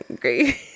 great